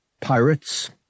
pirates